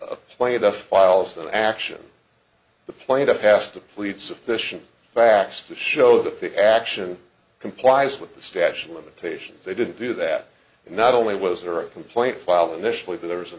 files an action the plaintiff has to plead sufficient fast to show that the action complies with the statue of limitations they didn't do that and not only was there a complaint filed initially there was a